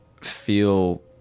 feel